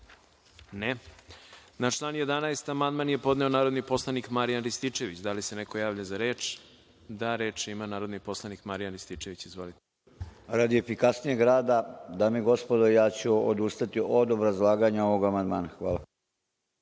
(Ne.)Na član 11. amandman je podneo narodni poslanik Marijan Rističević. Da li se neko javlja za reč? (Da.)Reč ima narodni poslanik Marjan Rističević. Izvolite. **Marijan Rističević** Radi efikasnijeg rada, dame i gospodo, ja ću odustati od obrazlaganja ovog amandmana. Hvala.